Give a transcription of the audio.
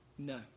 No